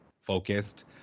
focused